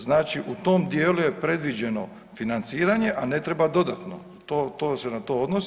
Znači u tom dijelu je predviđeno financiranje, a ne treba dodatno to se na to odnosi.